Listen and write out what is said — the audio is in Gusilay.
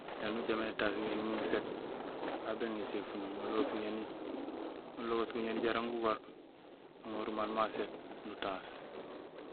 Néni ucaméén étaas guñéni min guséét, aw béŋa éséfuno, nubojéén guñéni maal nuŋaar éséfuno nulogoos guñéni jaraam gugoor, nuŋorul maal ma séét nutaas.